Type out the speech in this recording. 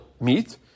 meat